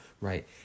right